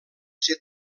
ser